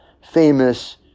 famous